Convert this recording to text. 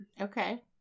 okay